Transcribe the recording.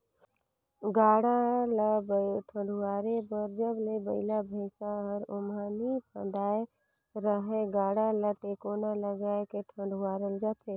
गाड़ा ल ठडुवारे बर जब ले बइला भइसा हर ओमहा नी फदाय रहेए गाड़ा ल टेकोना लगाय के ठडुवारल जाथे